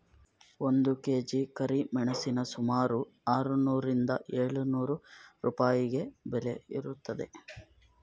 ಒಂದು ಕೆ.ಜಿ ಕರಿಮೆಣಸಿನ ಸುಮಾರು ಆರುನೂರರಿಂದ ಏಳು ನೂರು ರೂಪಾಯಿವರೆಗೆ ಬೆಲೆ ಇರುತ್ತದೆ